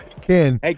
Ken